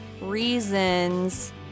reasons